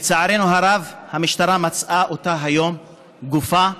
לצערנו הרב, המשטרה מצאה אותה היום, גופה,